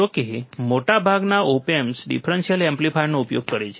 જો કે મોટાભાગના ઓપ એમ્પ્સ ડિફરન્સીઅલ એમ્પ્લીફાયરનો ઉપયોગ કરે છે